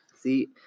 See